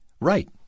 right